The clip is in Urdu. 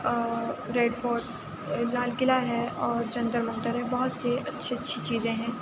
اور ریڈ فورٹ لال قلعہ ہے اور جنتر منتر ہے بہت سے اچھی اچھی چیزیں ہیں